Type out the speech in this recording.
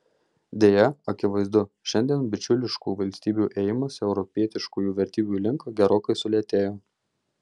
deja akivaizdu šiandien bičiuliškų valstybių ėjimas europietiškųjų vertybių link gerokai sulėtėjo